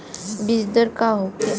बीजदर का होखे?